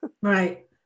Right